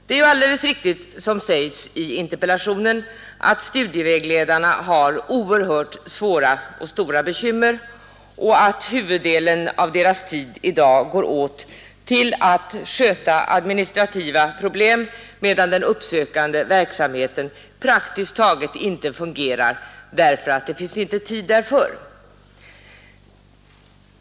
Det är alldeles riktigt, som sägs i interpellationen, att studievägledarna har oerhört stora och svåra bekymmer och att huvuddelen av deras tid i dag går åt till att sköta administrativa uppgifter, medan den uppsökande verksamheten praktiskt taget inte fungerar därför att det inte finns tid till dem.